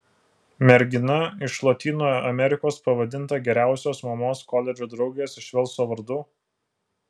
mergina iš lotynų amerikos pavadinta geriausios mamos koledžo draugės iš velso vardu